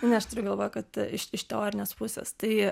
ne aš turiu galvoj kad iš iš teorinės pusės tai